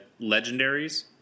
legendaries